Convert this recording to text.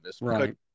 Right